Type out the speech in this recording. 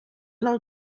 del